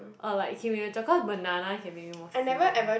or like King William chocolate cause banana can make you more filling